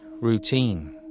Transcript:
routine